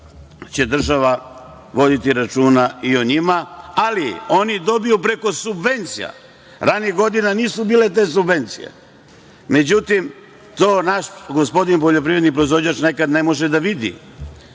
će država voditi računa i o njima. Ali, oni dobiju preko subvencija, ranijih godina nisu bile te subvencije. Međutim, to naš gospodin poljoprivredni proizvođač nekad ne može da vidi